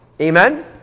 Amen